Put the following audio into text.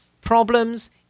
problems